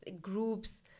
groups